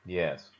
yes